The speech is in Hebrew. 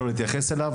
לא להתייחס אליו,